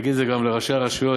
תגיד את זה גם לראשי הרשויות,